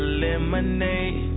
lemonade